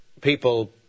people